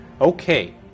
Okay